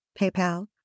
PayPal